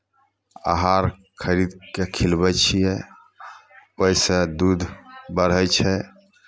आहार खरीद कऽ खिलबै छियै ओहिसँ दूध बढ़ै छै